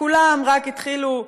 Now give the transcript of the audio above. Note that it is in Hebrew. כולם רק התחילו,